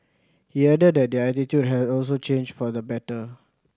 he added that their attitude has also changed for the better